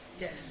Yes